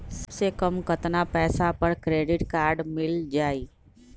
सबसे कम कतना पैसा पर क्रेडिट काड मिल जाई?